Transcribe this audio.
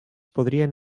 podrien